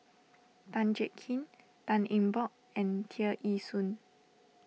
Tan Jiak Kim Tan Eng Bock and Tear Ee Soon